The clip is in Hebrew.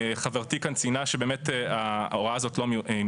חברתי כאן ציינה שבאמת ההוראה הזאת מיותרת.